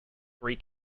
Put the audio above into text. three